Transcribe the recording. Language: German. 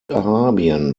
arabien